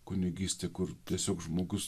kunigystė kur tiesiog žmogus